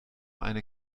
eine